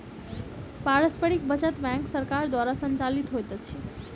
पारस्परिक बचत बैंक सरकार द्वारा संचालित होइत अछि